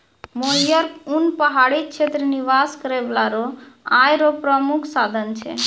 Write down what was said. मोहियर उन पहाड़ी क्षेत्र निवास करै बाला रो आय रो प्रामुख साधन छै